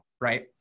right